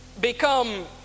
become